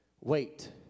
wait